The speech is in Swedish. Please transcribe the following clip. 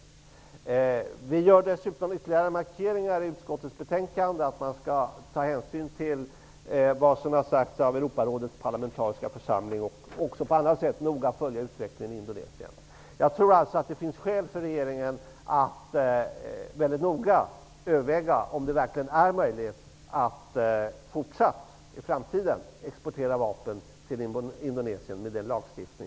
Utskottsmajoriteten gör dessutom i betänkandet ytterligare markeringar om att man skall ta hänsyn till vad som har sagts av Europarådets parlamentariska församling och att man också på annat sätt noga skall följa utvecklingen i Jag tror alltså att det finns skäl för regeringen att mot bakgrund av den lagstiftning vi har i dag noga överväga om det verkligen kommer att vara möjligt att exportera vapen till Indonesien i framtiden.